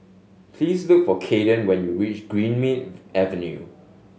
please look for Kaeden when you reach Greenmead Avenue